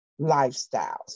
lifestyles